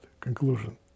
conclusion